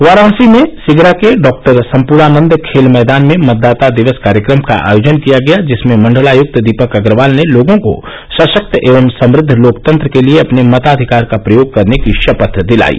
वाराणसी में सिगरा के डॉक्टर सम्पूर्णानन्द खेल मैदान में मतदाता दिवस कार्यक्रम का आयोजन किया गया जिसमें मण्डलायुक्त दीपक अग्रवाल ने लोगों को सशक्त एवं समृद्व लोकतंत्र के लिये अपने मताधिकार का प्रयोग करने की शपथ दिलायी